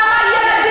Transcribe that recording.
איפה השר יריב לוין?